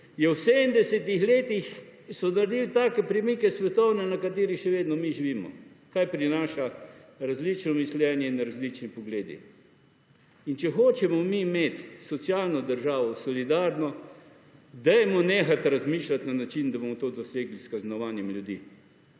je v 70-ih letih, so naredili take premike svetovne, na katerih še vedno mi živimo - kaj prinaša različno mišljenje in različni pogledi. In če hočemo mi imeti socialno državo, solidarno, dajmo nehati razmišljati na način, da bomo to dosegli s kaznovanjem ljudi,